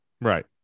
Right